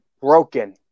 broken